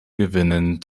gewinnen